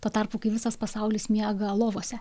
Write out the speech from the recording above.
tuo tarpu kai visas pasaulis miega lovose